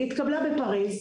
היא התקבלה בפריז,